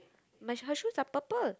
my her shoes are purple